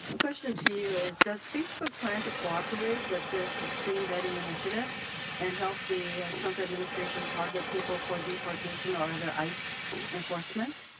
question to you is, does facebook plan to cooperate with this extreme vetting initiative and help the trump administration target people for deportation or other ice enforcement?